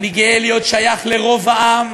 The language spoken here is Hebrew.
אני גאה להיות שייך לרוב העם,